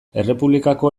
errepublikako